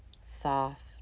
soft